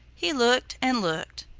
he looked and looked,